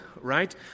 Right